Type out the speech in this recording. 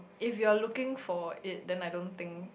if you're looking for it then I don't think